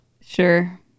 Sure